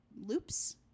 loops